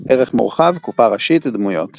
ערך מורחב – קופה ראשית - דמויות